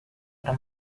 oder